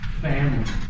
family